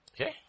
Okay